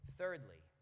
thirdly